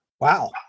Wow